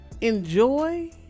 enjoy